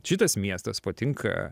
šitas miestas patinka